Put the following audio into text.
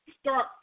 start